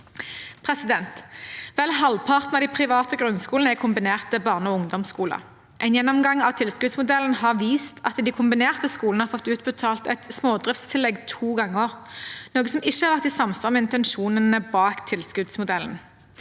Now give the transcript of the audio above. tiår. Vel halvparten av de private grunnskolene er kombinerte barne- og ungdomsskoler. En gjennomgang av tilskuddsmodellen har vist at de kombinerte skolene har fått utbetalt et smådriftstillegg to ganger, noe som ikke har vært i samsvar med intensjonene bak tilskuddsmodellen.